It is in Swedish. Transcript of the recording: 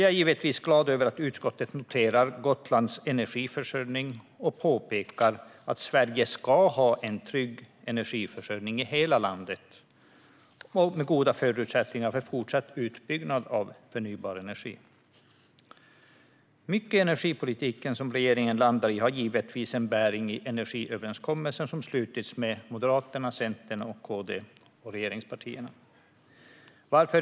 Jag är givetvis glad över att utskottet noterar Gotlands energiförsörjning och påpekar att Sverige ska ha trygg energiförsörjning i hela landet med goda förutsättningar för fortsatt utbyggnad av förnybar energi. Mycket i energipolitiken som regeringen landar i har givetvis bäring på den energiöverenskommelse som slutits med Moderaterna, Centern, Kristdemokraterna och regeringspartierna.